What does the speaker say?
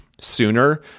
sooner